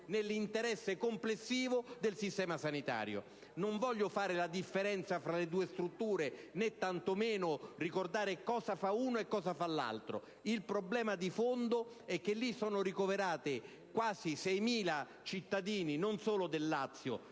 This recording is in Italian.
nell'interesse complessivo del Servizio sanitario nazionale. Non voglio fare differenze fra le due strutture, né tanto meno ricordare cosa fa una e cosa fa l'altra. Il problema di fondo è che in esse sono ricoverati quasi 6.000 cittadini, non solo del Lazio